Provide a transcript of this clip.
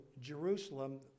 Jerusalem